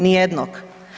Nijednog.